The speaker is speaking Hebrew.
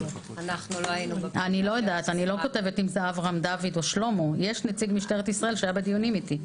יש נציג משטרת ישראל שהיה בדיונים איתך.